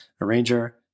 arranger